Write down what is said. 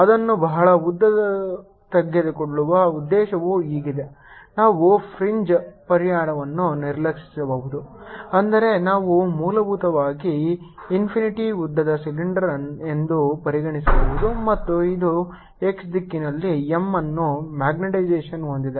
ಅದನ್ನು ಬಹಳ ಉದ್ದ ತೆಗೆದುಕೊಳ್ಳುವ ಉದ್ದೇಶವು ಹೀಗಿದೆ ನಾವು ಫ್ರಿಂಜ್ ಪರಿಣಾಮಗಳನ್ನು ನಿರ್ಲಕ್ಷಿಸಬಹುದು ಅಂದರೆ ನಾವು ಮೂಲಭೂತವಾಗಿ ಇನ್ಫಿನಿಟಿ ಉದ್ದದ ಸಿಲಿಂಡರ್ ಎಂದು ಪರಿಗಣಿಸಬಹುದು ಮತ್ತು ಇದು x ದಿಕ್ಕಿನಲ್ಲಿ M ಅನ್ನು ಮ್ಯಾಗ್ನೆಟೈಸೇಶನ್ ಹೊಂದಿದೆ